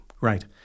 Right